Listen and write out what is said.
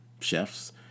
chefs